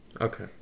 Okay